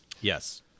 Yes